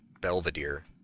Belvedere